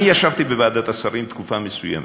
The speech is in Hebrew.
אני ישבתי בוועדת השרים תקופה מסוימת,